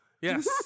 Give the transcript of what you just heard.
Yes